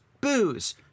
booze